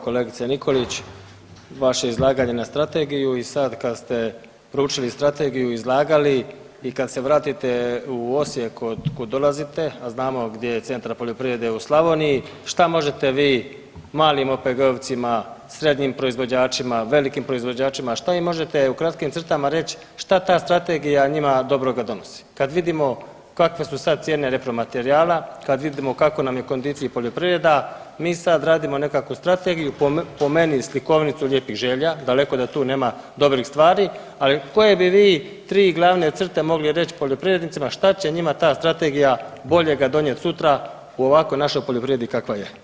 Evo, kolegice Nikolić, vaše izlaganje na Strategiju i sad kad ste proučili Strategiju i izlagali i kad se vratite u Osijek od kud dolazite, a znamo gdje je centar poljoprivrede u Slavoniji, šta možete vi malim OPG-ovcima, srednjim proizvođačima, velikim proizvođačima, šta im možete u kratkim crtama reći, šta ta Strategija njima dobroga donosi, kad vidimo kakve su sad cijene repromaterijala, kad vidimo u kakvoj nam je kondiciji poljoprivreda, mi sad radimo nekakvu Strategiju, po meni slikovnicu lijepih želja, daleko da tu nema dobrih stvari, ali koje bi vi glavne crte mogli reći poljoprivrednicima šta će njima ta Strategija boljega donijeti sutra u ovakvoj našoj poljoprivredi kakva je?